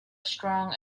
strong